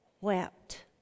wept